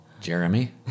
Jeremy